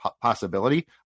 possibility